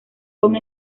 kong